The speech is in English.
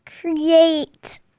create